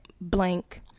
blank